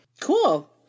Cool